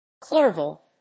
Clerval